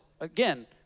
Again